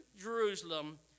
Jerusalem